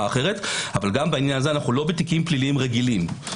אחרת אבל גם בעניין הזה אנו לא בתיקים פליליים רגילים.